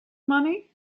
money